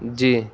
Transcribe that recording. جی